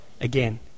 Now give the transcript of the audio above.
again